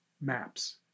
maps